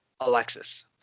Alexis